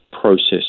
process